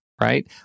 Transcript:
right